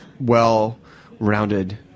well-rounded